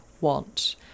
want